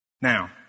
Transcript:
Now